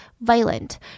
violent